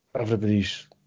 everybody's